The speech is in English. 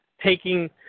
taking